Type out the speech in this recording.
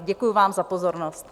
Děkuji vám za pozornost.